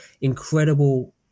incredible